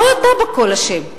לא אתה בכול אשם,